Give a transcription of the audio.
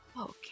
okay